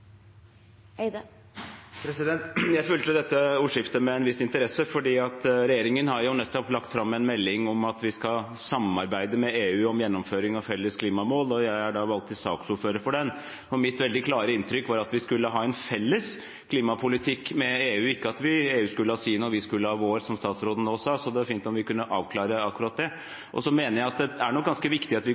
Jeg fulgte dette ordskiftet med en viss interesse fordi regjeringen nettopp har lagt fram en melding om at vi skal samarbeide med EU om gjennomføring av felles klimamål, og jeg er da valgt til saksordfører for den. Mitt veldig klare inntrykk var at vi skulle ha en felles klimapolitikk med EU, ikke at EU skulle ha sin og vi skulle ha vår, som statsråden nå sa. Det ville være fint om vi nå kunne avklare akkurat det. Så mener jeg det er ganske viktig at